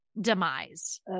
demise